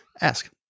ask